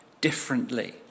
differently